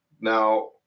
Now